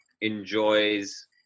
enjoys